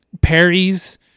Perry's